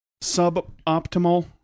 suboptimal